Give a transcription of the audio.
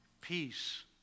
peace